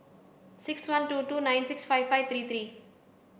six one two two nine six five five three three